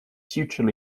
future